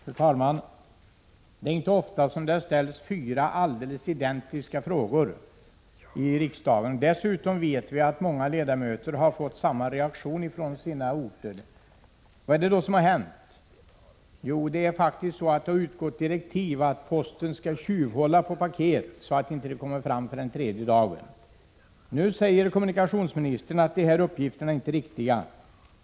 Fru talman! Det är inte ofta som det ställs fyra alldeles identiska frågor i riksdagen. Dessutom vet vi att många ledamöter har fått samma reaktion från sina hemorter. Vad är det då som har hänt? Jo, det är faktiskt så, att det har utgått direktiv att posten skall tjuvhålla på paket, så att de inte kommer fram förrän på den tredje dagen. Nu säger kommunikationsministern att uppgifterna inte är riktiga.